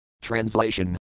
Translation